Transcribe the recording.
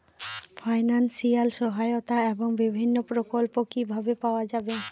Financial সহায়তা এবং বিভিন্ন প্রকল্প কিভাবে পাওয়া যাবে?